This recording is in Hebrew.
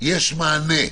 יש מענה,